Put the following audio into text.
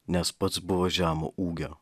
nes pats buvo žemo ūgio